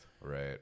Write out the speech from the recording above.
Right